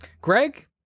Greg